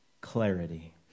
clarity